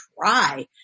try